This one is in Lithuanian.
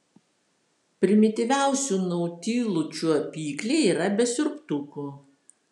primityviausių nautilų čiuopikliai yra be siurbtukų